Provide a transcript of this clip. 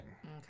Okay